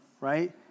right